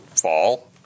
fall